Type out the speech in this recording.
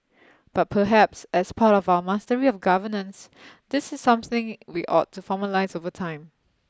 but perhaps as part of our mastery of governance this is something we ought to formalise over time